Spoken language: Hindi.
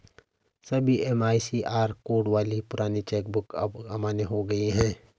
सभी एम.आई.सी.आर कोड वाली पुरानी चेक बुक अब अमान्य हो गयी है